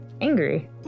Angry